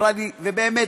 ובאמת,